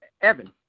Evan